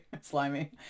slimy